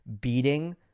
beating